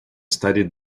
studied